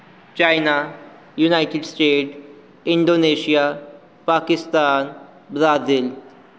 China United States Indonesia Pakistan Brazil